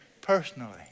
personally